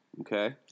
Okay